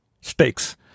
stakes